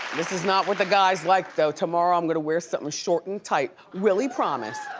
this is not what the guys like, though. tomorrow i'm gonna wear something short and tight, willy promised.